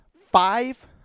five